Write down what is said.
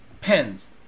pens